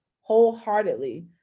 wholeheartedly